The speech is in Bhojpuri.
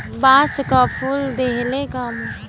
बांस कअ फूल देहले कअ मतलब होला कि ओकर जिनगी खतम होखे वाला बाटे